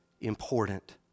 important